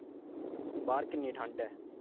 बाह्र किन्नी ठंड ऐ